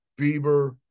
Bieber